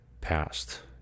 past